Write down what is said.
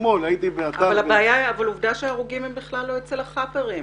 הייתי באתר --- אבל ההרוגים הם בכלל לא אצל החאפרים.